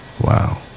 wow